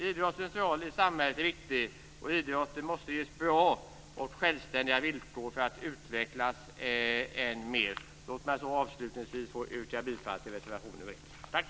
Idrottens roll i samhället är viktig, och idrotten måste ges bra och självständiga villkor för att utvecklas än mer. Låt mig så avslutningsvis yrka bifall till reservation nr 1.